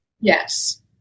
Yes